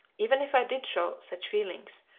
even if i did show such feelings,